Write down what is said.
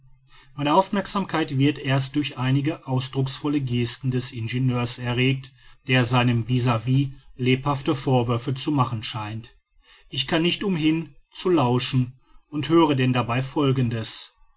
meine aufmerksamkeit wird erst durch einige ausdrucksvolle gesten des ingenieurs erregt der seinem vis vis lebhafte vorwürfe zu machen scheint ich kann nicht umhin zu lauschen und höre denn dabei folgendes